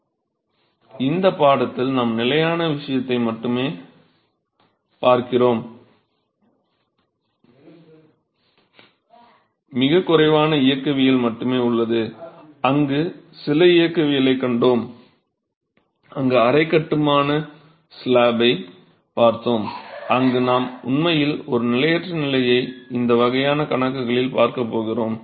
மாணவர் இந்த பாடத்தில் நாம் நிலையான விஷயத்தை மட்டுமே பார்க்கிறோம் மிகக் குறைவான இயக்கவியல் மட்டுமே உள்ளது அங்கு சில இயக்கவியல்களைக் கண்டோம் அங்கு அரை கட்டுமான ஸ்லாப்பைப் பார்த்தோம் அங்கு நாம் உண்மையில் ஒரு நிலையற்ற நிலையைப் இந்த வகையான கணக்குகளில் பார்க்கப் போகிறோம்